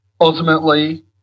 ultimately